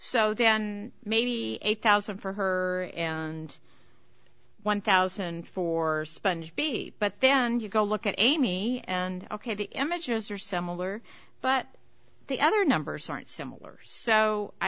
so then maybe a thousand for her and one thousand four sponge b but then you go look at amy and ok the images are similar but the other numbers aren't similar so i